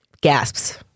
Gasps